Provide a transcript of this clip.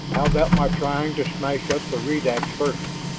how about my trying to smash up the redax first?